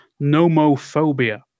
nomophobia